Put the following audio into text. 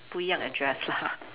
不一样 address lah